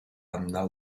amena